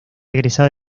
egresada